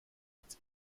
ans